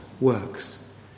works